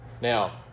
Now